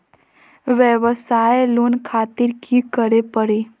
वयवसाय लोन खातिर की करे परी?